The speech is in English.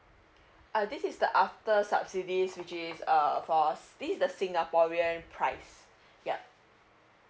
uh this is the after subsidies which is uh for this is singaporean price yup